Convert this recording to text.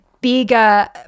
bigger